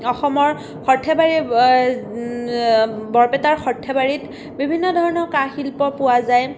অসমৰ সৰ্থেবাৰী বৰপেটাৰ সৰ্থেবাৰীত বিভিন্ন ধৰণৰ কাঁহ শিল্প পোৱা যায়